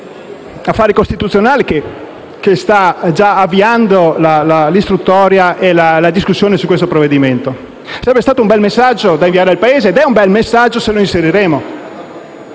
affari costituzionali che sta già avviando la discussione su questo provvedimento. Sarebbe stato un bel messaggio da inviare al Paese e sarà un bel messaggio se lo inseriremo.